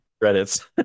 credits